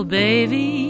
baby